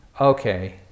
okay